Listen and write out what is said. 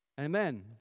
Amen